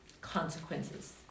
consequences